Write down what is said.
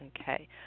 Okay